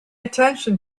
attention